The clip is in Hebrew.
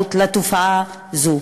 המודעות לתופעה זו.